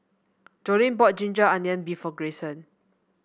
Joline bought ginger onion beef for Greyson